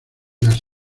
las